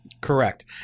Correct